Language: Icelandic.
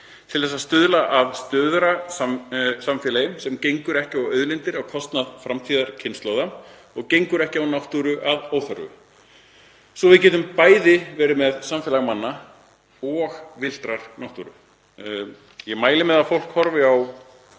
til þess að stuðla að stöðugra samfélagi sem gengur ekki á auðlindir á kostnað framtíðarkynslóða og gengur ekki á náttúruna að óþörfu svo við getum bæði verið með samfélag manna og villtrar náttúru. Ég mæli með að fólk horfi á